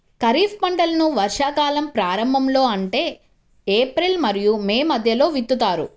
ఖరీఫ్ పంటలను వర్షాకాలం ప్రారంభంలో అంటే ఏప్రిల్ మరియు మే మధ్యలో విత్తుతారు